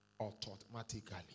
automatically